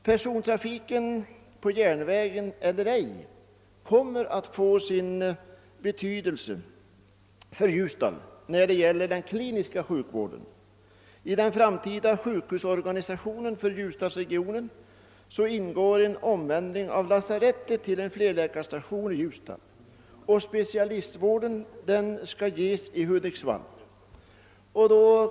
Persontrafiken — på järnväg eller ej — kommer att få sin betydelse för Ljusdal när det gäller den kliniska sjukvården. I den framtida sjukhusorganisationen för Ljusdalsregionen ingår en omändring av lasarettet i Ljusdal till flerläkarstation, och specialistvården skall ges i Hudiksvall.